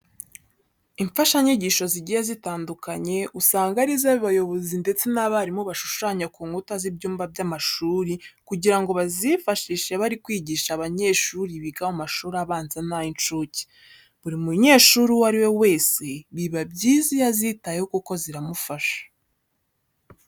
Imfashanyigisho zigiye zitandukanye usanga ari zo abayobozi ndetse n'abarimu bashushanya ku nkuta z'ibyumba by'amashuri kugira ngo bazifashishe bari kwigisha abanyeshuri biga mu mashuri abanza n'ay'incuke. Buri munyeshuri uwo ari we wese biba byiza iyo azitayeho kuko ziramufasha.